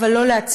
אבל לא להצילם.